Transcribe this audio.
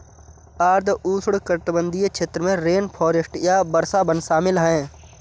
आर्द्र उष्णकटिबंधीय क्षेत्र में रेनफॉरेस्ट या वर्षावन शामिल हैं